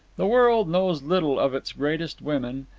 the world knows little of its greatest women,